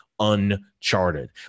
uncharted